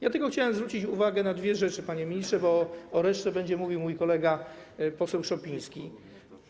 Ja tylko chciałbym zwrócić uwagę na dwie rzeczy, panie ministrze, bo o reszcie będzie mówił mój kolega, poseł Szopiński.